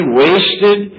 wasted